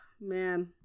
Man